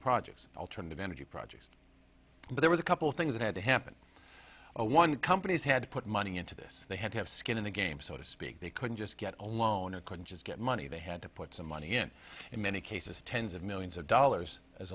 projects alternative energy projects but there was a couple things that had to happen one companies had to put money into this they had to have skin in the game so to speak they couldn't just get a loan or could just get money they had to put some money in in many cases tens of millions of dollars as